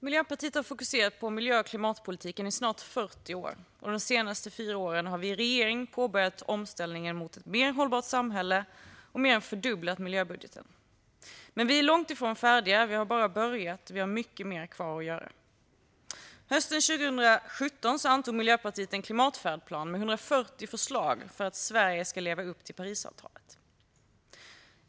Miljöpartiet har fokuserat på miljö och klimatpolitiken i snart 40 år. De senaste fyra åren har vi i regering påbörjat omställningen mot ett mer hållbart samhälle och mer än fördubblat miljöbudgeten. Men vi är långt ifrån färdiga. Vi har bara börjat och har mycket kvar att göra. Hösten 2017 antog Miljöpartiet en klimatfärdplan med 140 förslag för att Sverige ska leva upp till Parisavtalet.